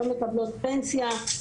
לא מקבלות פנסיה.